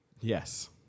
Yes